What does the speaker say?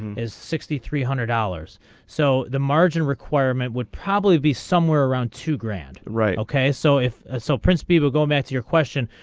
is sixty three hundred dollars so the margin requirement would probably be somewhere around two grand right okay so if a so prince people going back to your question.